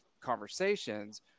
conversations